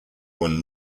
won